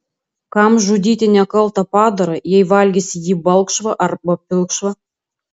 kam žudyti nekaltą padarą jei valgysi jį balkšvą arba pilkšvą